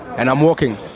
and i'm walking